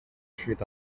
巨大